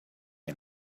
and